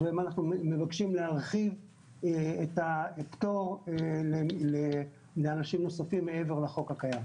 אנחנו מבקשים להרחיב את הפטור לאנשים נוספים מעבר לחוק הקיים.